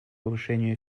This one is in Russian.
повышению